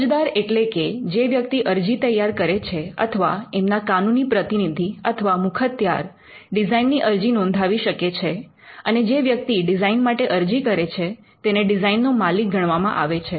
અરજદાર એટલે કે જે વ્યક્તિ અરજી તૈયાર કરે છે અથવા એમના કાનૂની પ્રતિનિધિ અથવા મુખત્યાર ડિઝાઇનની અરજી નોંધાવી શકે છે અને જે વ્યક્તિ ડિઝાઇન માટે અરજી કરે છે તેને ડિઝાઇનનો માલિક ગણવામાં આવે છે